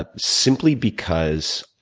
ah simply because